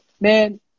man